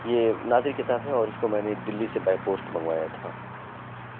یہ نادر کتاب ہے اور اُس کو میں نے دلّی سے بائے پوسٹ منگوایا تھا